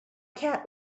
cat